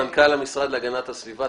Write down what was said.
מנכ"ל המשרד להגנת הסביבה,